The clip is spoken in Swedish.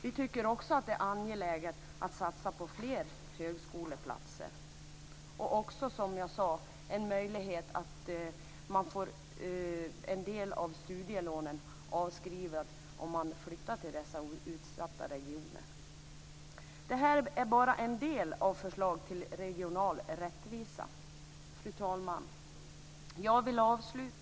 Vi tycker också att det är angeläget att satsa på fler högskoleplatser. Det skall också vara möjligt att få en del av studielånet avskrivet om man flyttar till dessa utsatta regioner. Detta var en del förslag till regional rättvisa. Fru talman!